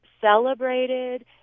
celebrated